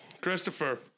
Christopher